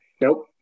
Nope